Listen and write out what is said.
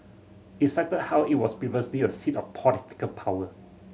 it cited how it was previously a seat of political power